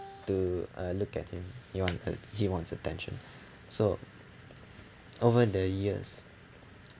to uh look at him he want heard he wants attention so over the years